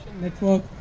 Network